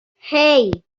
hey